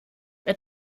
wer